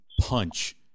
punch